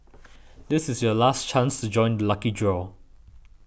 this is your last chance to join the lucky draw